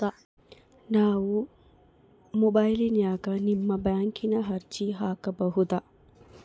ನಾವು ಮೊಬೈಲಿನ್ಯಾಗ ನಿಮ್ಮ ಬ್ಯಾಂಕಿನ ಅರ್ಜಿ ಹಾಕೊಬಹುದಾ?